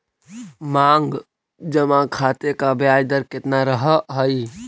मांग जमा खाते का ब्याज दर केतना रहअ हई